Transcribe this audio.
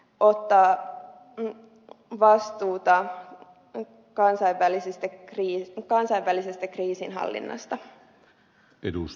on tää on vastuuta hän on kansainvälisistä kriisin kansainvälisestä arvoisa herra puhemies